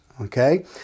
Okay